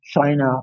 China